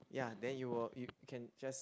ya then you will you you can just